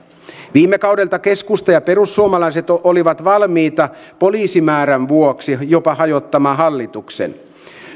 viime kaudella keskusta ja perussuomalaiset olivat valmiita poliisimäärän vuoksi jopa hajottamaan hallituksen